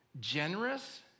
Generous